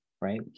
right